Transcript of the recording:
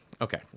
Okay